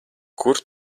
kur